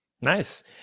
Nice